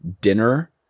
dinner